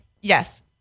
Yes